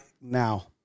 now